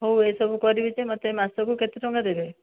ହେଉ ଏହିସବୁ କରିବି ଯେ ମୋତେ ମାସକୁ କେତେ ଟଙ୍କା ଦେବେ